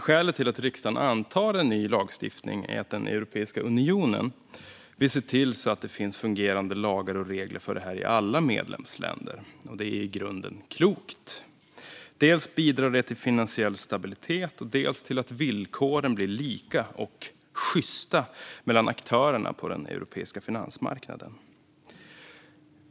Skälet till att riksdagen ska anta en ny lagstiftning är att Europeiska unionen vill se till att det finns fungerande lagar och regler för detta i alla medlemsländer, och det är i grunden klokt. Det bidrar dels till finansiell stabilitet, dels till att villkoren blir lika och sjysta mellan aktörerna på den europeiska finansmarknaden.